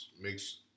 makes